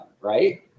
right